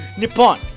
Nippon